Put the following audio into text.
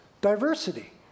diversity